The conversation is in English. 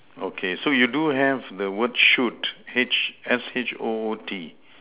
okay so you do have the word shoot H~ S_H_O_O_T